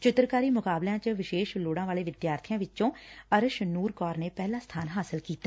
ਚਿੱਤਰਕਾਰੀ ਮੁਕਾਬਲਿਆ ਚ ਵਿਸ਼ੇਸ਼ ਲੋੜਾ ਵਾਲੇ ਵਿਦਿਆਰਬੀਆ ਵਿਚੋਂ ਅਰਸ਼ਨੁਰ ਕੌਰ ਨੇ ਪਹਿਲਾਂ ਸਬਾਨ ਹਾਸਲ ਕੀਤਾ